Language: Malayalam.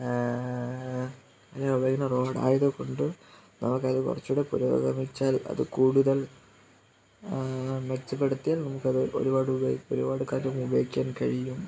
ഉപയോഗിക്കുന്ന റോഡ് ആയതുകൊണ്ട് നമുക്ക് അത് കുറച്ചുകൂടി പുരോഗമിച്ചാൽ അത് കൂടുതൽ മെച്ചപ്പെടുത്തിയാൽ നമുക്കത് ഒരുപാട് ഒരുപാട് കാലം ഉപയോഗിക്കാൻ കഴിയും